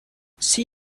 see